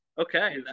Okay